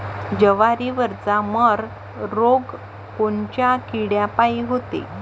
जवारीवरचा मर रोग कोनच्या किड्यापायी होते?